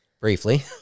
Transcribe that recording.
Briefly